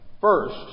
first